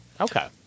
Okay